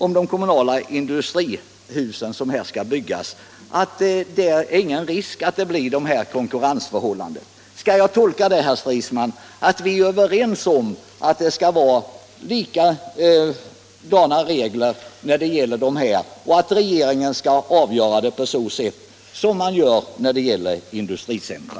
Om de kommunala industrihusen säger herr Stridsman att det inte är någon risk att de konkurrensförhållanden som vi befarar skall uppstå. Skall jag tolka det så att vi är överens om att samma regler skall gälla och att regeringen skall avgöra frågan på samma sätt som man gör när det gäller industricentra?